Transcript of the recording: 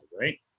Right